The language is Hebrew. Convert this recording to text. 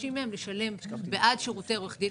שמבקשים מהם לשלם בעד שירותי עורך דין,